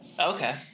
Okay